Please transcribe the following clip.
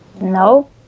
No